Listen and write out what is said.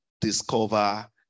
discover